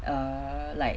err like